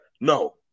No